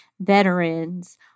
veterans